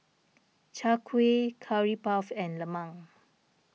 Chai Kuih Curry Puff and Lemang